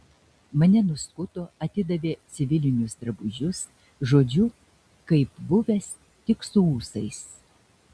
mane nuskuto atidavė civilinius drabužius žodžiu kaip buvęs tik su ūsais